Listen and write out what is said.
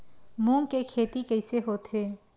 मूंग के खेती कइसे होथे?